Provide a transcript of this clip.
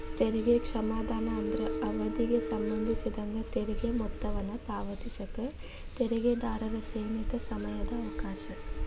ತೆರಿಗೆ ಕ್ಷಮಾದಾನ ಅಂದ್ರ ಅವಧಿಗೆ ಸಂಬಂಧಿಸಿದಂಗ ತೆರಿಗೆ ಮೊತ್ತವನ್ನ ಪಾವತಿಸಕ ತೆರಿಗೆದಾರರ ಸೇಮಿತ ಸಮಯದ ಅವಕಾಶ